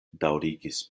daŭrigis